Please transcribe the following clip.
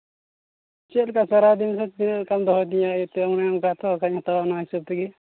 ᱪᱮᱫ ᱞᱮᱠᱟ ᱥᱟᱨᱟᱫᱤᱱ ᱦᱤᱥᱟᱹᱵᱽ ᱛᱮ ᱪᱮᱫ ᱞᱮᱠᱟᱢ ᱫᱚᱦᱚᱭ ᱛᱤᱧᱟ ᱵᱟᱠᱷᱟᱱ ᱚᱱᱟ ᱦᱤᱥᱟᱹᱵᱽ ᱛᱚᱵᱮ